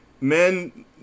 Men